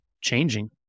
changing